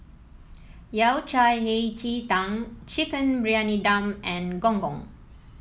Yao Cai Hei Ji Tang Chicken Briyani Dum and Gong Gong